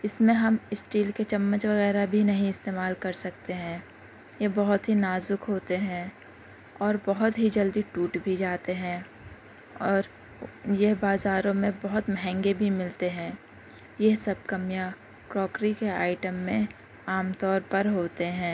اس میں ہم اسٹیل کے چمچ وغیرہ بھی نہیں استعمال کر سکتے ہیں یہ بہت ہی نازک ہوتے ہیں اور بہت ہی جلدی ٹوٹ بھی جاتے ہیں اور یہ بازاروں میں بہت مہنگے بھی ملتے ہیں یہ سب کمیاں کراکری کے آئیٹم میں عام طور پر ہوتے ہیں